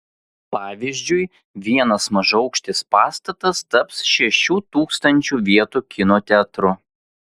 pavyzdžiui vienas mažaaukštis pastatas taps šešių tūkstančių vietų kino teatru